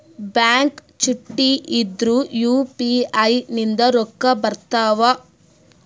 Bank ಚುಟ್ಟಿ ಇದ್ರೂ UPI ನಿಂದ ರೊಕ್ಕ ಬರ್ತಾವಾ?